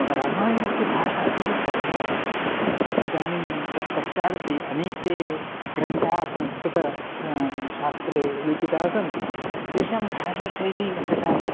रामायणस्य भाषा अतीव सरला अस्ति इदानीं तत्पश्चादपि अनेके ग्रन्थाः संस्कृते शास्त्रे रचिताः सन्ति तेषां भाषाशैली तथा न